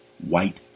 white